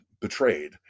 betrayed